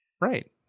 Right